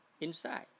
inside